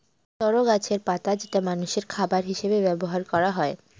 তরো গাছের পাতা যেটা মানষের খাবার হিসেবে ব্যবহার করা হয়